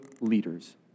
leaders